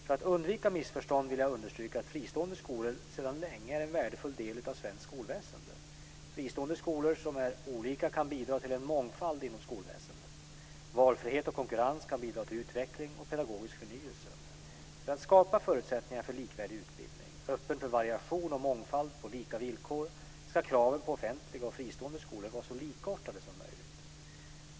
För att undvika missförstånd vill jag understryka att fristående skolor sedan länge är en värdefull del av svenskt skolväsende. Fristående skolor som är olika kan bidra till en mångfald inom skolväsendet. Valfrihet och konkurrens kan bidra till utveckling och pedagogisk förnyelse. För att skapa förutsättningar för likvärdig utbildning - öppen för variation och mångfald på lika villkor - ska kraven på offentliga och fristående skolor vara så likartade som möjligt.